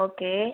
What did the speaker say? okay